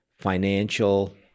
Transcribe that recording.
financial